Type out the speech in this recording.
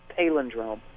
Palindrome